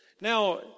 Now